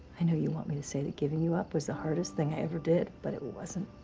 i know you want me to say that giving you up was the hardest thing i ever did, but it wasn't.